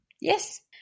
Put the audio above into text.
Yes